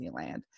disneyland